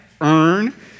earn